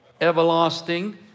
everlasting